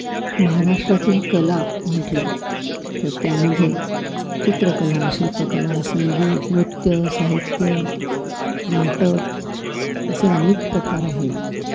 महाराष्ट्रातील कला म्हटलं तर त्यामध्ये चित्रकला शिल्पकला संगीत नृत्य साहित्य नाटक असे अनेक प्रकार आहेत